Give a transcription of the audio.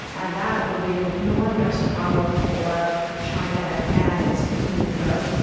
and that will be an enormous problem for china and its continued growth.